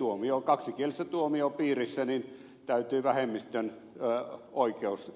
eli kaksikielisessä tuomiopiirissä täytyy taata vähemmistön oikeus